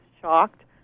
shocked